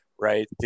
right